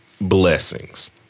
blessings